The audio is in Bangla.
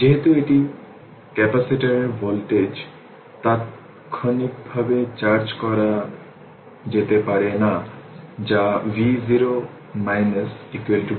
যেহেতু একটি ক্যাপাসিটরের ভোল্টেজ তাৎক্ষণিকভাবে চার্জ করতে পারে না যা v0 v0